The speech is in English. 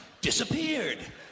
disappeared